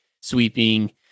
sweeping